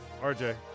RJ